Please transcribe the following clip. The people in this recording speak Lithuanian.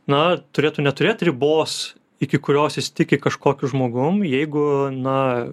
na turėtų neturėt ribos iki kurios jis tiki kažkokiu žmogum jeigu na